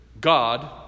God